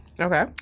Okay